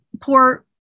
poor